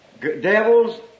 Devils